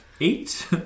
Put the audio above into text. eight